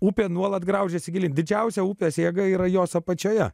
upė nuolat graužiasi gili didžiausia upės jėga yra jos apačioje